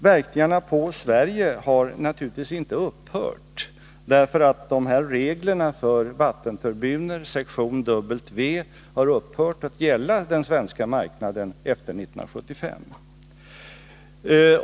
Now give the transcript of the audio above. Verkningarna på Sverige har naturligtvis inte upphört bara därför att reglerna för vattenturbiner sektion W har upphört att gälla den svenska marknaden efter 1975.